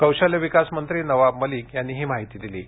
कौशल्य विकास मंत्री नवाब मलिक यांनी ही माहिती दिली आहे